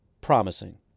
promising